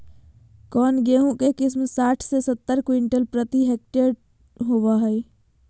कौन गेंहू के किस्म साठ से सत्तर क्विंटल प्रति हेक्टेयर होबो हाय?